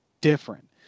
different